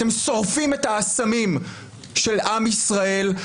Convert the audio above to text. אתם שורפים את האסמים של עם ישראל,